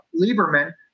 lieberman